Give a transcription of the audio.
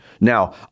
Now